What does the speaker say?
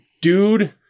Dude